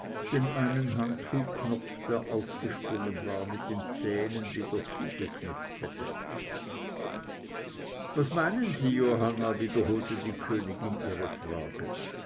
den einen handschuhknopf der aufgesprungen war mit den zähnen wieder zugeknöpft hätte was meinen sie johanna wiederholte die königin ihre frage